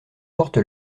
porte